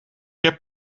heb